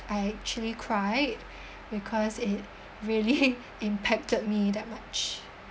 I actually cried because it really impacted me that much